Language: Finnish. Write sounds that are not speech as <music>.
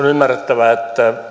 <unintelligible> ymmärrettävää että